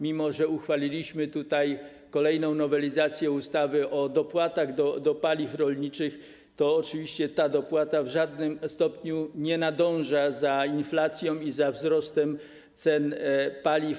Mimo że uchwaliliśmy kolejną nowelizację ustawy o dopłatach do paliw rolniczych, to oczywiście ta dopłata w żadnym stopniu nie nadąża za inflacją i za wzrostem cen paliw.